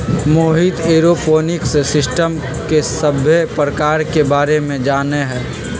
Mohit aeroponics system के सभ्भे परकार के बारे मे जानई छई